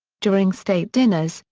during state dinners,